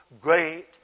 great